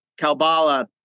Kalbala